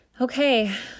okay